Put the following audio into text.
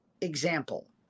example